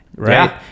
right